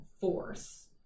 force